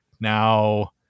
now